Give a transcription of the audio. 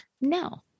no